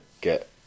get